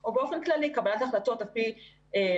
או באופן כללי קבלת החלטות שהיא עיוורת